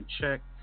check